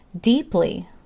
deeply